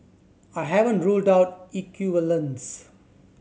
I haven't ruled out equivalence